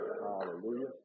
hallelujah